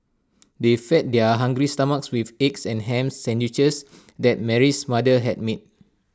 they fed their hungry stomachs with the egg and Ham Sandwiches that Mary's mother had made